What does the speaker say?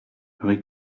rue